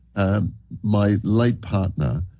my late partner,